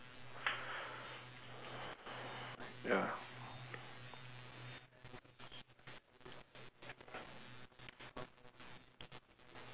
ya